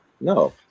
No